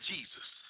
Jesus